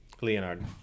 Leonard